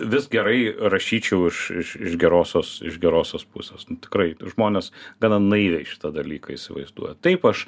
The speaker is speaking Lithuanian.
vis gerai rašyčiau iš iš iš gerosios iš gerosios pusės tikrai žmonės gana naiviai šitą dalyką įsivaizduoja taip aš